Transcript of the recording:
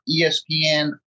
ESPN